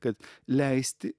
kad leisti